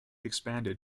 expanded